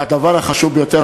והדבר החשוב ביותר,